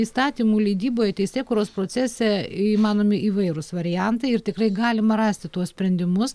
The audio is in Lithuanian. įstatymų leidyboje teisėkūros procese įmanomi įvairūs variantai ir tikrai galima rasti tuos sprendimus